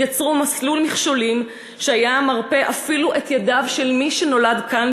יצרו מסלול מכשולים שהיה מרפה אפילו את ידיו של מי שנולד כאן,